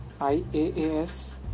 IaaS